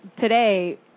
today